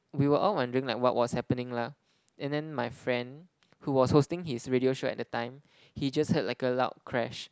we were all wondering like what was happening lah and then my friend who was hosting his radio show at the time he just heard like a loud crash